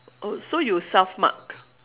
oh so you self mark